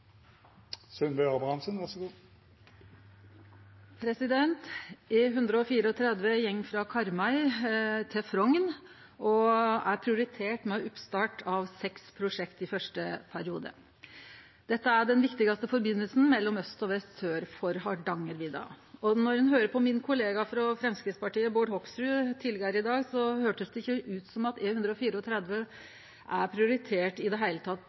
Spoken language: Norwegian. er prioritert med oppstart av seks prosjekt i fyrste periode. Dette er den viktigaste forbindelsen mellom aust og vest sør for Hardangervidda. Når ein høyrde på kollegaen min frå Framstegspartiet, Bård Hoksrud, tidlegare i dag, høyrdest det ikkje ut som at E134 er prioritert i det heile